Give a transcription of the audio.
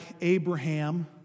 Abraham